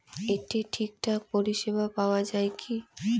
এতে ঠিকঠাক পরিষেবা পাওয়া য়ায় কি?